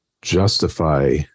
justify